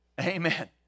Amen